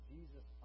Jesus